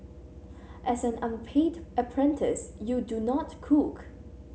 as an unpaid apprentice you do not cook